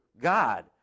God